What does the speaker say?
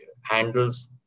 handles